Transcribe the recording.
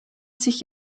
sich